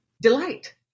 delight